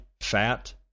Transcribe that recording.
fat